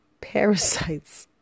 Parasites